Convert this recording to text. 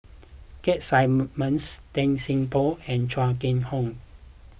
Keith Simmons Tan Seng Poh and Chong Kee Hiong